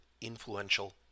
influential